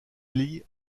lee